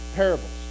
parables